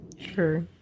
Sure